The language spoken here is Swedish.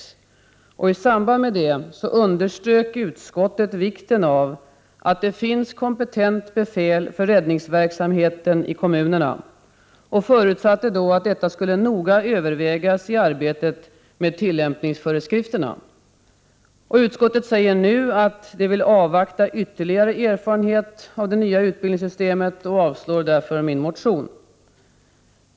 I 109 samband med detta underströk utskottet vikten av att det finns kompetent befäl för räddningsverksamheten i kommunerna och förutsatte då att detta skulle noga övervägas i arbetet med tillämpningsföreskrifterna. Utskottet säger nu att det vill avvakta ytterligare erfarenhet av det nya utbildningssystemet och avstyrker därför min motion.